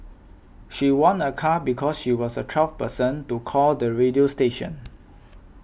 she won a car because she was the twelfth person to call the radio station